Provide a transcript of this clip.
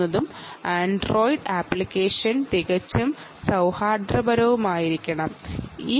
കാരണം Android application തികച്ചും friendly ആണ്